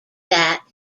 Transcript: that